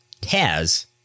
Taz